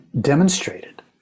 demonstrated